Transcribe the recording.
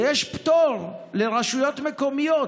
ויש פטור ממכרז לרשויות מקומיות,